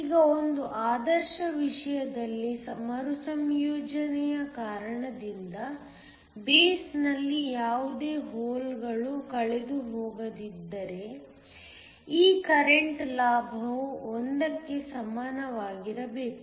ಈಗ ಒಂದು ಆದರ್ಶ ವಿಷಯದಲ್ಲಿ ಮರುಸಂಯೋಜನೆಯ ಕಾರಣದಿಂದ ಬೇಸ್ನಲ್ಲಿ ಯಾವುದೇ ಹೋಲ್ಗಳು ಕಳೆದುಹೋಗದಿದ್ದರೆ ಈ ಕರೆಂಟ್ ಲಾಭವು 1 ಕ್ಕೆ ಸಮನಾಗಿರಬೇಕು